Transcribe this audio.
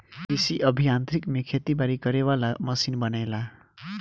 कृषि अभि यांत्रिकी में खेती बारी करे वाला मशीन बनेला